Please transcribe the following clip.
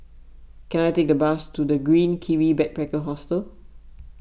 can I take a bus to the Green Kiwi Backpacker Hostel